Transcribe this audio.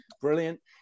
Brilliant